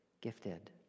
gifted